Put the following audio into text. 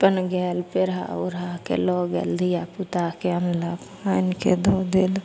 अपन गेल पहिरा ओढ़ाके लऽ गेल धिआपुताके आनलक आनिके धऽ देल